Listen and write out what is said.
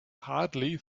hardly